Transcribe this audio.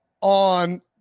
on